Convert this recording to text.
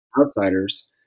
outsiders